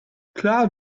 klar